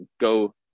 go